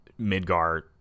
Midgar